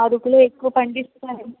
అరకులో ఎక్కువ పండిస్తారు